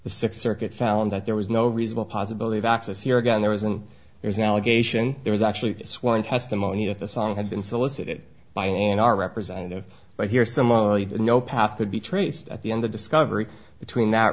the sixth circuit found that there was no reasonable possibility of access here again there isn't there is an allegation there is actually a sworn testimony of the song had been solicited by a in our representative but here similarly no path could be traced at the end of discovery between that